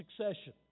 succession